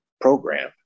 program